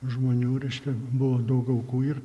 žmonių reiškia buvo daug aukų ir